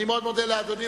אני מאוד מודה לאדוני.